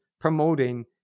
promoting